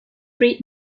free